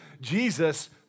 Jesus